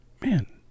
man